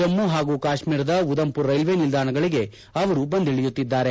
ಜಮ್ಮ ಹಾಗೂ ಕಾಶ್ಮೀರದ ಉದಂಪುರ್ ರೈಲ್ವೆ ನಿಲ್ದಾಣಗಳಿಗೆ ಅವರು ಬಂದಿಳಿಯುತ್ತಿದ್ದಾರೆ